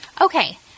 okay